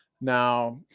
Now